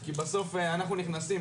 כי בסוף אנחנו נכנסים,